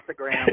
Instagram